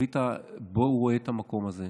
זווית שבה הוא רואה את המקום הזה,